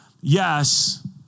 yes